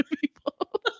people